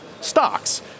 Stocks